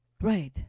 Right